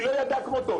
שהיא לא ידעה כמותו,